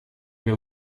vais